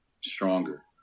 stronger